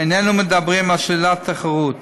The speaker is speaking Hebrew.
איננו מדברים על שלילת תחרות,